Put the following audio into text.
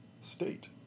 state